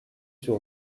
sur